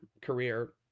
career